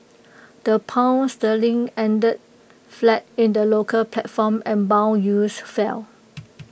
the pound sterling ended flat in the local platform and Bond yields fell